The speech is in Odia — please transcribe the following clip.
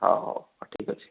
ହଉ ହଉ ହଉ ଠିକ୍ ଅଛି